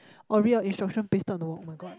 orh real instruction pasted on the wall [oh]-my-god